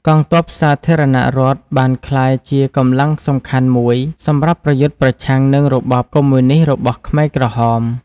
កងទ័ពសាធារណរដ្ឋបានក្លាយជាកម្លាំងសំខាន់មួយសម្រាប់ប្រយុទ្ធប្រឆាំងនឹងរបបកុម្មុយនិស្តរបស់ខ្មែរក្រហម។